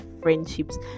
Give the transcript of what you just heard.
friendships